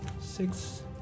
six